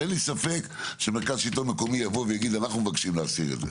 אין לי ספק שמרכז שלטון מקומי יבוא ויגיד אנחנו מבקשים להסיר את זה,